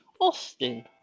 Austin